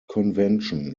convention